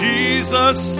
Jesus